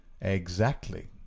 Exactly